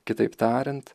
kitaip tariant